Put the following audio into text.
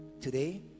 today